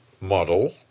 model